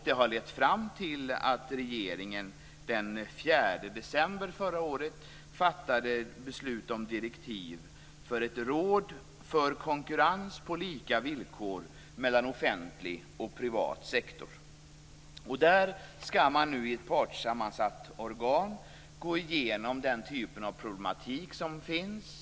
Det har lett fram till att regeringen den 4 december förra året fattade beslut om direktiv till ett råd för konkurrens på lika villkor mellan offentlig och privat sektor. Man skall nu i ett partssammansatt organ gå igenom den typ av problematik som finns.